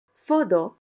Further